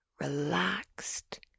relaxed